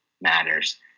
matters